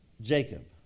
Jacob